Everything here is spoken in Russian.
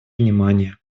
внимание